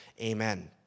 Amen